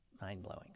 Mind-blowing